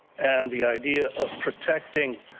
and, the idea of protecting